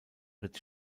ritt